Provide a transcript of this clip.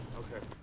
okay.